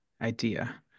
idea